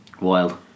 Wild